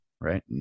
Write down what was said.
Right